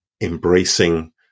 embracing